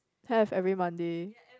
have every Monday